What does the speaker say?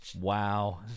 Wow